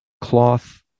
cloth